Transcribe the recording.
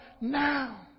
Now